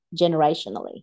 generationally